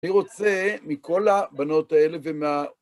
אני רוצה מכל הבנות האלה ומה...